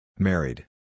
Married